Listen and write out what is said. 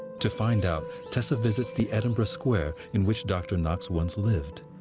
to find out, tessa visits the edinburgh square in which dr. knox once lived.